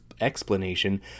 explanation